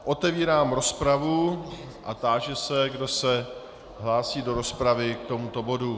Otevírám rozpravu a táži se, kdo se hlásí do rozpravy k tomuto bodu.